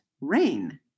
rain